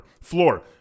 floor